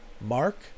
Mark